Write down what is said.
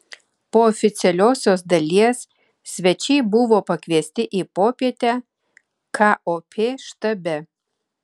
po oficialiosios dalies svečiai buvo pakviesti į popietę kop štabe